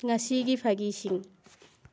ꯉꯁꯤꯒꯤ ꯐꯥꯒꯤꯁꯤꯡ